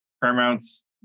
Paramount's